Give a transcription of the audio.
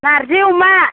नार्जि अमा